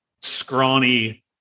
scrawny